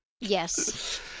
yes